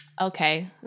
Okay